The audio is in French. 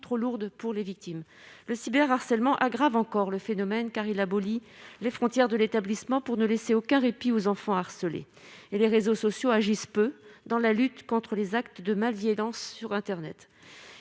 trop lourdes sur les victimes. Le cyberharcèlement aggrave encore le phénomène, car il abolit les frontières de l'établissement pour ne laisser aucun répit aux enfants harcelés. Et les réseaux sociaux agissent peu dans la lutte contre les actes de malveillance sur internet.